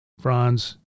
Franz